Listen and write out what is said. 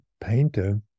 painter